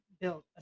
build